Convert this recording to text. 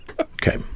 Okay